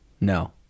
No